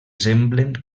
semblen